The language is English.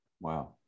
Wow